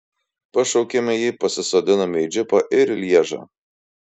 pašaukiame jį pasisodiname į džipą ir į lježą